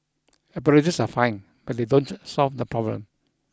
apologies are fine but they don't solve the problem